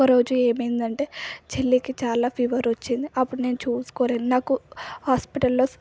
ఒకరోజు ఏమైందంటే చెల్లికి చాలా ఫీవర్ వచ్చింది అప్పుడు నేను చూసుకోలేను నాకు హాస్పిటల్లో